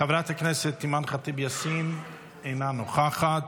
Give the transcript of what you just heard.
חברת הכנסת אימאן ח'טיב יאסין, אינה נוכחת,